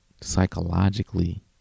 psychologically